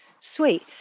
Sweet